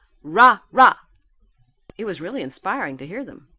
rah! rah it was really inspiring to hear them.